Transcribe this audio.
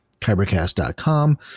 kybercast.com